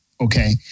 okay